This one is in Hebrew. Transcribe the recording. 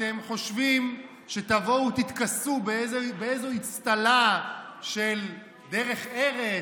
אתם חושבים שתבואו ותתכסו באיזו אצטלה של דרך ארץ,